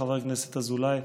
חבר הכנסת אזולאי.